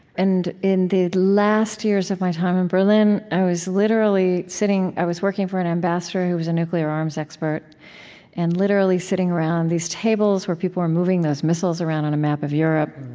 and in the last years of my time in berlin, i was literally sitting i was working for an ambassador who was a nuclear arms expert and literally sitting around these tables where people were moving those missiles around on a map of europe.